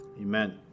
Amen